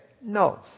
no